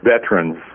veterans